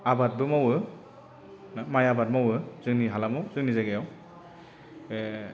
आबादबो मावो माइ आबाद मावो जोंनि हालामाव जोंनि जायगायाव